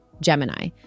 gemini